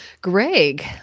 Greg